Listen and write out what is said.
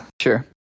Sure